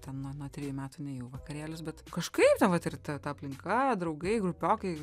ten nuo nuo trejų metų nėjau į vakarėlius bet kažkaip ten vat ir ta ta aplinka draugai grupiokai